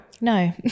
No